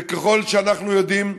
וככל שאנחנו יודעים,